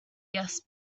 guest